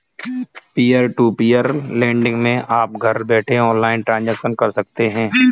peer to peer lending मै आप घर बैठे ऑनलाइन ट्रांजेक्शन कर सकते है